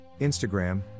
Instagram